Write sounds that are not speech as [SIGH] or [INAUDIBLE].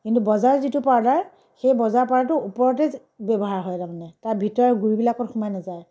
কিন্তু বজাৰৰ যিটো পাউডাৰ সেই বজাৰৰ পাউডাৰটো ওপৰতেই [UNINTELLIGIBLE] ব্যৱহাৰ হয় তাৰমানে তাত ভিতৰৰ গুৰিবিলাকত সোমাই নেযায়